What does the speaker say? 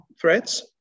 threats